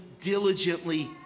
diligently